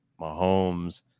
Mahomes